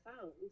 phones